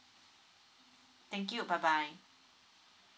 thank you bye bye